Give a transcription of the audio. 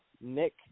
Nick